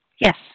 Yes